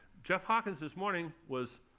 jeff hawkins, this morning, was